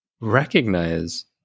recognize